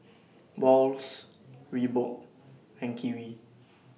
Wall's Reebok and Kiwi